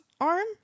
arm